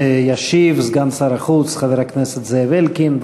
וישיב סגן שר החוץ, חבר הכנסת זאב אלקין.